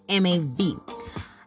MAV